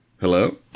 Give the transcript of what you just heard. Hello